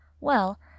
Well